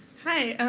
hi. and